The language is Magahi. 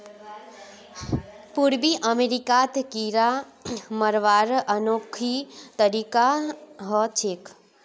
पूर्वी अमेरिकात कीरा मरवार अनोखी तकनीक ह छेक